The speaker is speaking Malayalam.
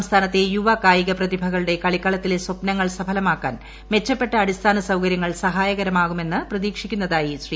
സംസ്ഥാനത്തെ യുവകായിക പ്രതിഭകളുടെ കളിക്കളത്തില്പ് സ്വപ്നങ്ങൾ സഫലമാക്കാൻ മെച്ചപ്പെട്ട അടിസ്ഥാന സൌകര്യങ്ങൾ സഹായകരമാകുമെന്ന് പ്രതീക്ഷിക്കുന്നതായി ശ്രീ